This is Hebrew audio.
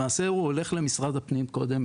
למעשה הוא הולך למשרד הפנים קודם,